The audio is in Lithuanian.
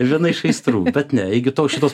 viena iš aistrų bet ne iki tol šitos